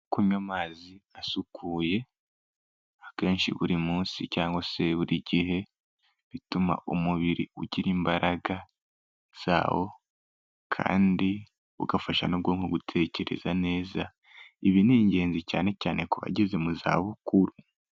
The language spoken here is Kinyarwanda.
Kunywa amazi asukuye, akenshi buri munsi cyangwa se buri gihe, bituma umubiri ugira imbaraga zawo, kandi ugafasha n'ubwonko gutekereza neza. Ibi ni ingenzi cyane cyane ku bageze mu zabukuru.